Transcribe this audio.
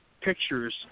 pictures